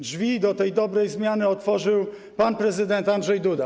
Drzwi do tej dobrej zmiany otworzył pan prezydent Andrzej Duda.